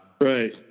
Right